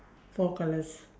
four colours